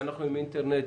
אבל אנחנו עם אינטרנט,